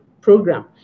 program